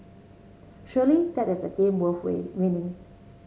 surely that is the game worth win winning